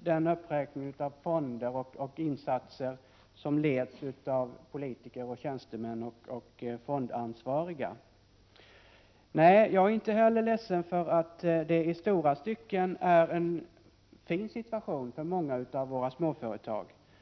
den uppräkning av fonder och insatser som leds av politiker, tjänstemän och fondansvariga. Nej, jag är inte heller ledsen över att det i stora stycken är en fin situation för många av våra småföretag.